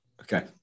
Okay